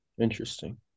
Interesting